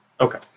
Okay